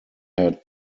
had